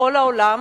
בכל העולם